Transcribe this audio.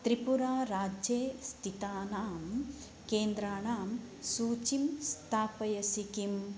त्रिपुराराज्ये स्थितानां केन्द्राणां सूचिं स्थापयसि किम्